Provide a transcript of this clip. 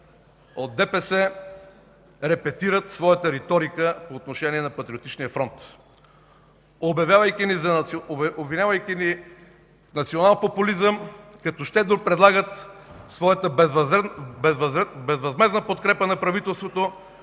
от ДПС репетират своята реторика по отношение на Патриотичния фронт, обвинявайки ни в националпопулизъм, като щедро предлагат своята безвъзмездна подкрепа на правителството,